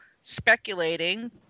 speculating